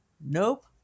Nope